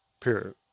period